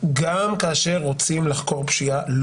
גם כאשר רוצים לחקור פשיעה,